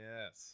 Yes